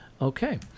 okay